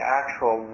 actual